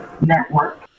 network